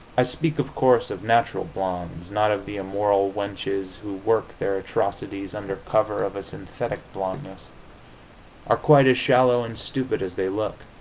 i speak, of course, of natural blondes not of the immoral wenches who work their atrocities under cover of a synthetic blondeness are quite as shallow and stupid as they look.